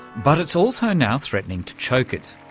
but it's also now threatening to choke it.